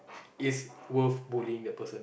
is worth bullying the person